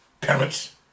parents